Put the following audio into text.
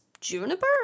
Juniper